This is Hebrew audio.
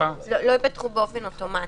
לא ייפתחו אוטומטית.